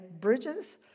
bridges